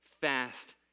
fast